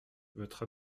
votre